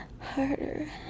harder